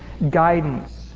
Guidance